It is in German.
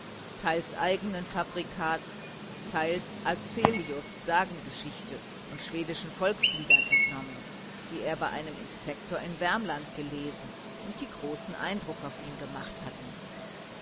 teils eigenen fabrikats teils azelius sagengeschichte und schwedischen volksliedern entnommen die er bei einem inspektor in wermland gelesen und die großen eindruck auf ihn gemacht hatten